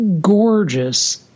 gorgeous